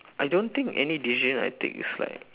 I don't think any decision I take is like